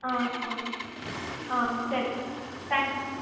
ஆ ஆ ஆ சரி தேங்க் யூ